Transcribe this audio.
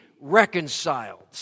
reconciled